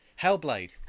hellblade